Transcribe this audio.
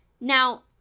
Now